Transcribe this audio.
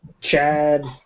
Chad